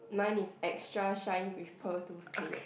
mine is extra shine with pearl toothpaste